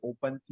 Open